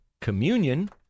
communion